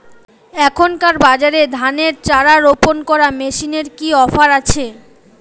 এখনকার বাজারে ধানের চারা রোপন করা মেশিনের কি অফার আছে?